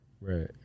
right